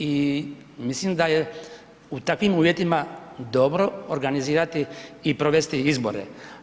I mislim da je u takvim uvjetima dobro organizirati i provesti izbore.